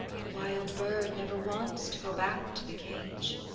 the wild bird never wants to go back to the cage.